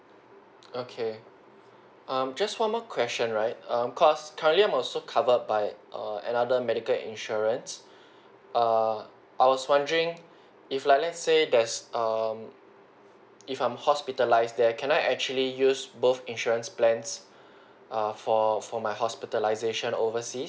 okay um just one more question right um cause currently I'm also covered by err another medical insurance err I was wondering if like let's say there's um if I'm hospitalized there can I actually use both insurance plans err for for my hospitalization overseas